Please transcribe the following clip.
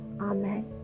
Amen